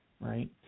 right